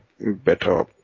better